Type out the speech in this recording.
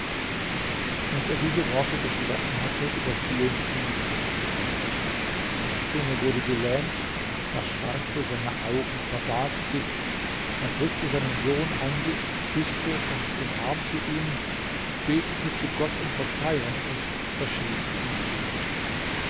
als er diese worte gesprochen hatte überfielen ihn die todeskrämpfe seine zunge wurde gelähmt das schwarze seiner augen verbarg sich er drückte seinen sohn an sich küßte und umarmte ihn betete zu gott um verzeihung und verschied in frieden